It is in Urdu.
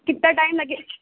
کتا ٹائم لگے